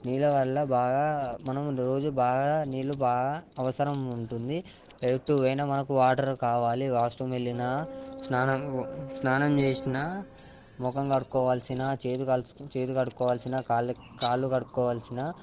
నీళ్ళ వల్ల బాగా మనం రోజు బాగా నీళ్ళు బాగా అవసరం ఉంటుంది ఎటుపోయినా మనకు వాటర్ కావాలి వాష్రూమ్ వెళ్ళిన స్నానం స్నానం చేసిన ముఖం కడుకోవాలన్న చేతులు కడుకోవాలన్న చేతులు కడుకో వాలన్న కాళ్ళు కాళ్ళు కడుకోవాలన్న